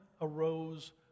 arose